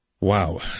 Wow